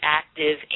active